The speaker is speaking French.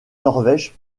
norvège